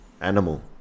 animal